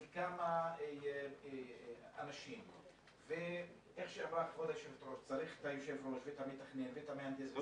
של כמה אנשים וצריך את היושב-ראש ואת המתכנן ואת המהנדס,